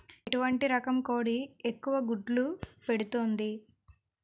ఎటువంటి రకం కోడి ఎక్కువ గుడ్లు పెడుతోంది?